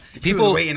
people